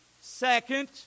second